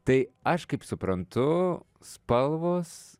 tai aš kaip suprantu spalvos